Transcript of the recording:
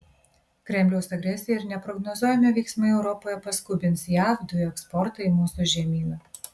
kremliaus agresija ir neprognozuojami veiksmai europoje paskubins jav dujų eksportą į mūsų žemyną